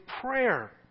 prayer